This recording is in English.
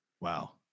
Wow